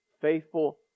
faithful